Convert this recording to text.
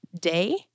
day